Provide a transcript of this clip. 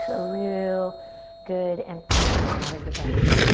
a real good emptying out of the breath.